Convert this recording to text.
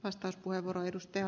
arvoisa puhemies